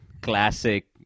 classic